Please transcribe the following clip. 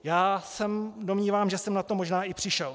Já se domnívám, že jsem na to možná i přišel.